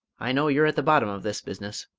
i know you're at the bottom of this business.